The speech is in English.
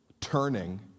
Turning